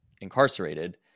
incarcerated